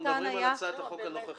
--- אנחנו מדברים על הצעת החוק הנוכחית.